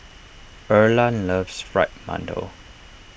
Erland loves Fried Mantou